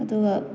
ꯑꯗꯨꯒ